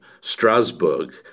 strasbourg